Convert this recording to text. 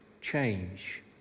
change